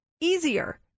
easier